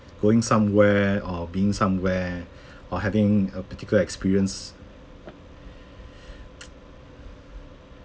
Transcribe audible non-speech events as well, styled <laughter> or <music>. going somewhere or being somewhere or having a particular experience <noise>